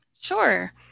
Sure